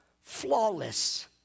flawless